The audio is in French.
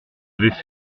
avaient